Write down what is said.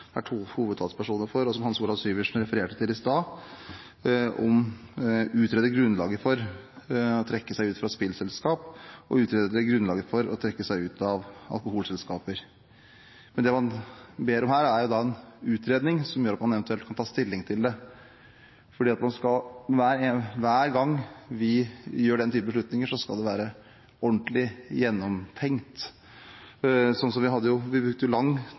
for, og som Hans Olav Syversen refererte til i stad, om å «utrede grunnlaget for å trekke SPU ut av spillselskaper» og «utrede grunnlaget for å trekke SPU ut av alkoholselskaper». Men det han ber om her, er en utredning, som gjør at man eventuelt kan ta stilling til det, for hver gang vi gjør den typen beslutninger, skal det være ordentlig gjennomtenkt. Vi brukte jo